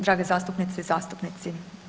Dragi zastupnice i zastupnici.